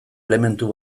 elementu